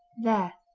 there,